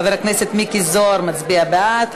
חבר הכנסת מיקי זוהר מצביע בעד,